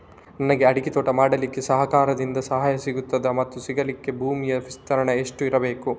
ನನಗೆ ಅಡಿಕೆ ತೋಟ ಮಾಡಲಿಕ್ಕೆ ಸರಕಾರದಿಂದ ಸಹಾಯ ಸಿಗುತ್ತದಾ ಮತ್ತು ಸಿಗಲಿಕ್ಕೆ ಭೂಮಿಯ ವಿಸ್ತೀರ್ಣ ಎಷ್ಟು ಇರಬೇಕು?